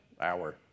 hour